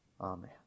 Amen